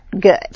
good